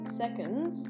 seconds